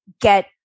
get